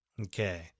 Okay